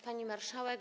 Pani Marszałek!